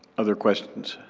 other questions?